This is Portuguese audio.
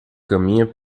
caminha